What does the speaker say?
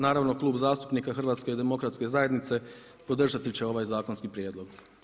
Naravno Klub zastupnika HDZ-a podržati će ovaj zakonski prijedlog.